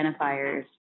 identifiers